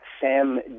Sam